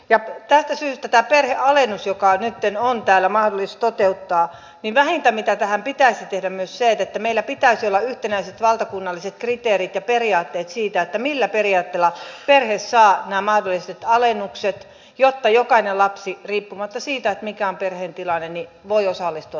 tästä syystä tässä perhealennuksessa joka nytten on täällä mahdollista toteuttaa vähintä mitä pitäisi tehdä on se että meillä pitäisi olla yhtenäiset valtakunnalliset kriteerit ja periaatteet siitä millä periaatteella perhe saa nämä mahdolliset alennukset jotta jokainen lapsi riippumatta siitä mikä on perheen tilanne voi osallistua tähän päivätoimintaan